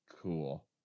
cool